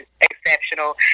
exceptional